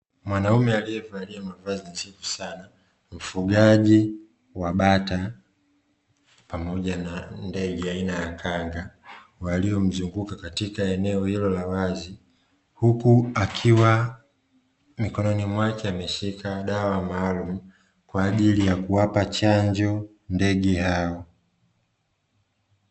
Mwanaume aliye valia mavazi nadhfu sana mfugaji wa bata pamoja na ndege aina ya kanga waliomzunguka katika eneo hilo la wazi, huku akiwa mikononi mwake ameshika dawa maalumu, kwa ajili ya kuwapa chanjo ndege hao.